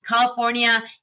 California